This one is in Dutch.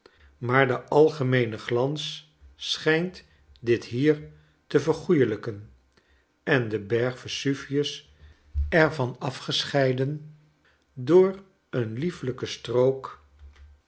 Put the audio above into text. maar de aigemeene glans schijnt dit hier te vergoelijken en de berg vesuvius er van afgescheiden door eene liefelijke strook